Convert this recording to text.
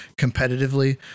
competitively